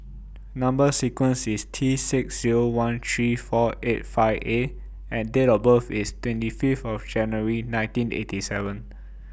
Number sequence IS T six Zero one three four eight five A and Date of birth IS twenty Fifth of January nineteen eighty seven